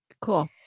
Cool